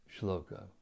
shloka